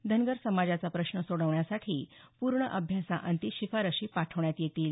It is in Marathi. धनगर समाजाचा प्रश्न सोडवण्यासाठी पूर्ण अभ्यासाअंती शिफारशी पाठवण्यात येतील